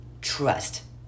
trust